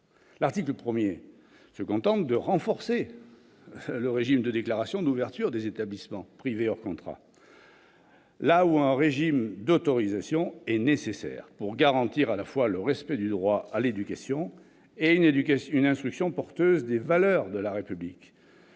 L'article 1se contente de renforcer le régime de déclaration d'ouverture des établissements privés hors contrat. Oui ! Là où un régime d'autorisation est nécessaire pour garantir à la fois le respect du droit à l'éducation et à une instruction porteuse des valeurs de la République,